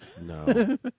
No